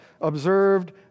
observed